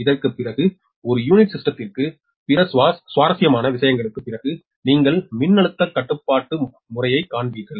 இதற்குப் பிறகு ஒரு யூனிட் சிஸ்டத்திற்கு பிற சுவாரஸ்யமான விஷயங்களுக்குப் பிறகு நீங்கள் மின்னழுத்தக் கட்டுப்பாட்டு முறையைக் காண்பீர்கள்